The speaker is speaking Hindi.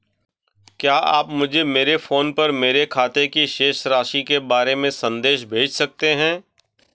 क्या आप मुझे मेरे फ़ोन पर मेरे खाते की शेष राशि के बारे में संदेश भेज सकते हैं?